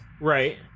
Right